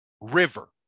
river